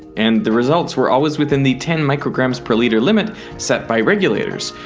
and the results were always within the ten micrograms per liter limit set by regulators.